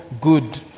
good